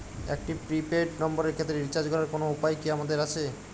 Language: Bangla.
একটি প্রি পেইড নম্বরের ক্ষেত্রে রিচার্জ করার কোনো উপায় কি আমাদের আছে?